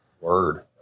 Word